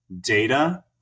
data